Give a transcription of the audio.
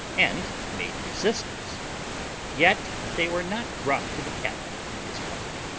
and made resistance yet they were not brought to the captain and his company,